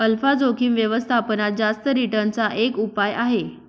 alpha जोखिम व्यवस्थापनात जास्त रिटर्न चा एक उपाय आहे